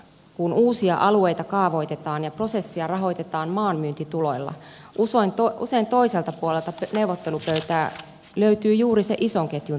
kun uusia alueita kaavoitetaan ja prosessia rahoitetaan maanmyyntituloilla usein toiselta puolelta neuvottelupöytää löytyy juuri se ison ketjun toimija